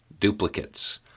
duplicates